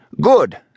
good